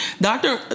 Doctor